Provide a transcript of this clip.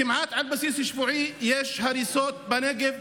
כמעט על בסיס שבועי יש הריסות בנגב.